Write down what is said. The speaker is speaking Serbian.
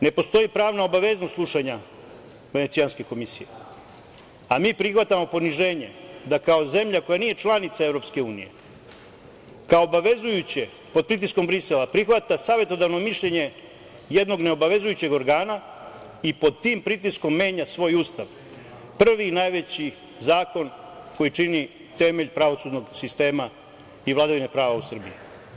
Ne postoji pravna obaveznost slušanja Venecijanske komisije, a mi prihvatamo poniženje da kao zemlja koja nije članica EU kao obavezujuće pod pritiskom Brisela prihvata savetodavno mišljenje jednog neobavezujućeg organa i pod tim pritiskom menja svoj Ustav, prvi, najveći zakon koji čini temelj pravosudnog sistema i vladavine prava u Srbiji.